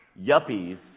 yuppies